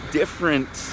different